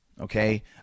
okay